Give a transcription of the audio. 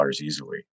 easily